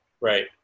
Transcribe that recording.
right